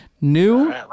New